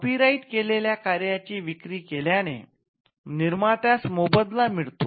copyright केलेल्या कार्याची विक्री केल्याने निर्मात्यास मोबदला मिळतो